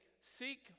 seek